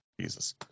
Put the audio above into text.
jesus